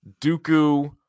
Dooku